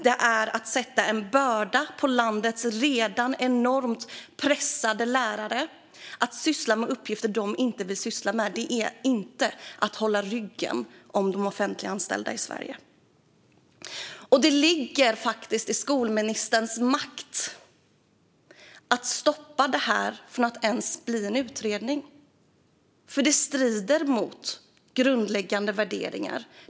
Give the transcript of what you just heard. Det är att lägga en börda på landets redan enormt pressade lärare att låta dem syssla med uppgifter som de inte vill syssla med. Det är inte att hålla de offentliganställda i Sverige om ryggen. Det ligger i skolministerns makt att stoppa det här från att ens bli en utredning. För det strider mot grundläggande värderingar.